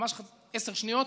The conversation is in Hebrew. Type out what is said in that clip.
ממש עשר שניות,